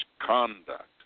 conduct